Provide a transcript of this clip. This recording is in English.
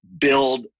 build